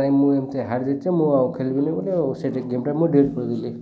ନାଇ ମୁଁ ଏମିତି ହାରିଯାଇଛି ମୁଁ ଆଉ ଖେଳିବିନି ବୋଲି ସେଠି ଗେମ୍ଟା ମୁଁ ଡିଲିଟ୍ କରିଦେଲି